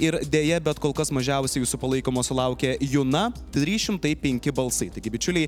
ir deja bet kol kas mažiausiai jūsų palaikomo sulaukė juna trys šimtai penki balsai taigi bičiuliai